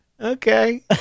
Okay